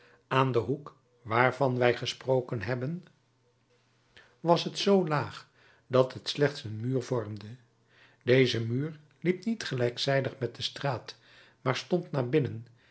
aan den hoek waarvan wij gesproken hebben was het zoo laag dat het slechts een muur vormde deze muur liep niet gelijkzijdig met de straat maar stond naar binnen